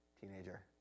Teenager